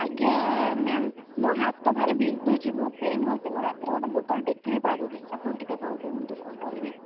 ଆଜ୍ଞା ମ୍ୟାମ୍ ମୋ ହାତ ଭାରି ବିନ୍ଧୁଛି ବହୁତ ପେନ୍ ହେଉଛି ମୁଁ ରାତିରେ ଗୋଟେ ବଟଲ୍ ଟେକିବି ପାରୁନି ଆପଣ ଟିକିଏ କ'ଣ କୁହନ୍ତୁ କ'ଣ କରିବି